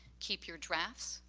keep your drafts,